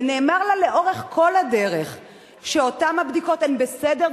ונאמר לה לאורך כל הדרך שאותן הבדיקות הן בסדר,